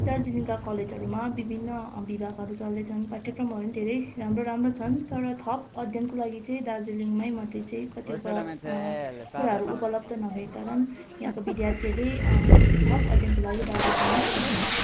दार्जिलिङका कलेजहरूमा विभिन्न विभागहरू चल्दैछन् पाठ्यक्रमहरू नि धेरै राम्रो राम्रो छन् तर थप अध्ययनको लागि चाहिँ दार्जिलिङमै मात्रै चाहिँ कतिपय कुराहरू उपलब्ध नभएका कारण यहाँको विद्यार्थीहरूले थप अध्ययनको लागि बाहिर जानै पर्ने हुन्छ